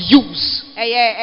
use